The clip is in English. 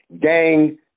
Gang